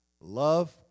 Love